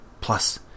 Plus